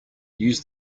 use